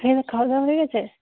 খাওয়া দাওয়া হয়ে গেছে